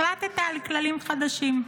החלטת על כללים חדשים.